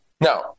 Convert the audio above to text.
Now